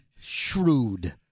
Shrewd